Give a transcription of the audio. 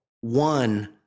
One